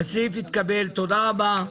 הצבעה הרוויזיה לא נתקבלה הרוויזיה לא התקבלה.